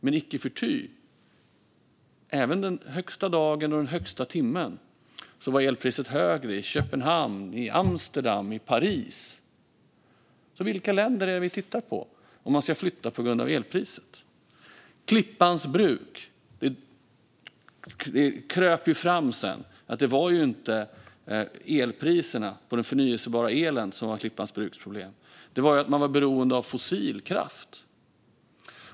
Men icke förty, även dagen med det högsta priset och timmen med det högsta priset var elpriset högre i Köpenhamn, Amsterdam och Paris. Vilka länder är det vi tittar på om man ska flytta på grund av elpriset? När det gäller Klippans Bruk kröp det sedan fram att det inte var elpriserna på den förnybara elen som var Klippans Bruks problem. Det var att man var beroende av fossilkraft.